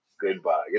goodbye